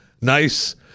Nice